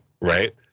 Right